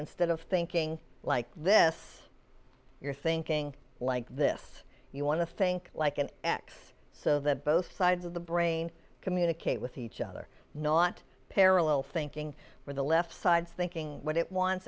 instead of thinking like this you're thinking like this you want to think like an x so that both sides of the brain communicate with each other not parallel thinking where the left side thinking what it